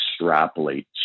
extrapolate